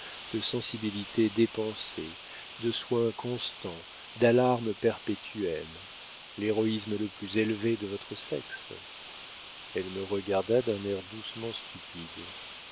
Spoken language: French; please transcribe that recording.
de sensibilité dépensée de soins constants d'alarmes perpétuelles l'héroïsme le plus élevé de votre sexe elle me regarda d'un air doucement stupide